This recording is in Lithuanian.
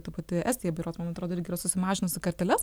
ta pati estija berods man atrodo irgi yra susimažinus karteles